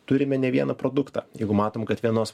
turime ne vieną produktą jeigu matom kad vienos